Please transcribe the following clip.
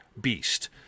beast